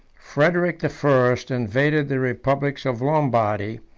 frederic the first invaded the republics of lombardy,